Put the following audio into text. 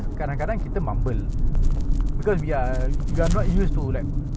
ah sia buat apa gini I want to see how it goes if it's